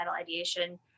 ideation